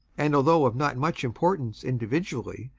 and although of not much importance individually,